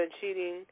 cheating